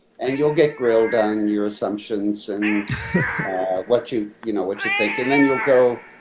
and you'll get grilled down your assumptions and what you you know what you think and then you'll go